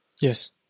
Yes